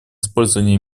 использование